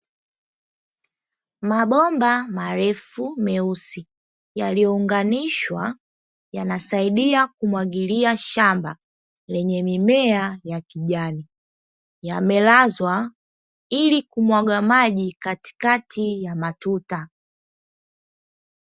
Mabomba marefu meusi yaliyounganishwa yanasaidia kumwagilia shamba lenye mimea ya kijani, yamelazwa ili kumwaga maji katikati ya matuta.